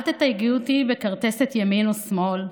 אל תתייגו אותי בכרטסת ימין או שמאל,